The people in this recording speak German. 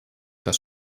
das